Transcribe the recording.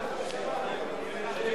בממשלה לא נתקבלה.